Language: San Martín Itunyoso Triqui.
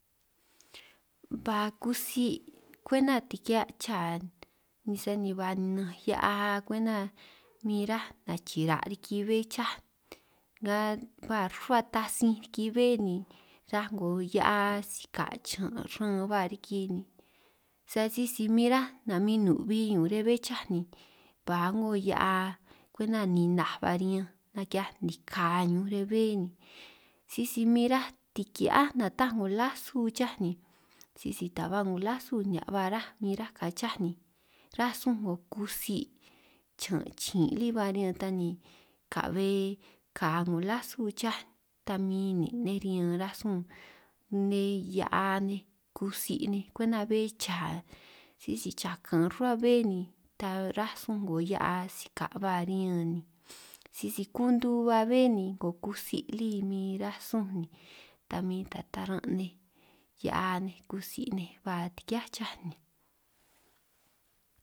Ba kutsi' kwenta tikia chaa ni sani ba ninanj hia'a kwenta min ráj nachira' riki bbé cháj, nga ba rruhua tasinj riki bbé ni raj 'ngo hia'a sika' chan' raan ba riki ni, sa sisi min ráj namin nu'bi ñun riñan bbé cháj ni ba a'ngo hia'a kwenta ninaj ba riñanj, naki'hiaj nika ñunj riñan bbé ni sisi min ráj tikia'á nataj 'ngo lasu chaj ni, sisi ta ba 'ngo lasu nihia' ba ráj min ráj ka cháj ni ránj sun 'ngo kutsi', chiñan' chin' lí ba riñan ta ni ka'be ka 'ngo lasu chaj ta min nin' nej riñan rasun nej hia'a nej, kutsi' nej, kwenta bbé chaa sisi chakan rruhua bé ni ta rasun 'ngo hia'a sika' ba riñan ni, sisi kuntu ba bbé ni 'ngo kutsi' lí min ránj súnj ni ta min ta taran' nej hia'a nej kutsi' nej ba tikiá chaj ni.